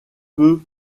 peut